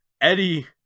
Eddie